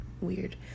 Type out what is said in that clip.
weird